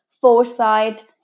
foresight